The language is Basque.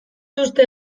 uste